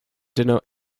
denote